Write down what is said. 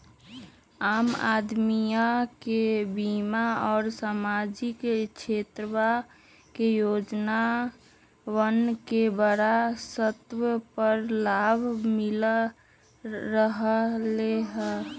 आम अदमीया के बीमा और सामाजिक क्षेत्रवा के योजनावन के बड़ा स्तर पर लाभ मिल रहले है